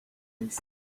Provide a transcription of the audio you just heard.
eyes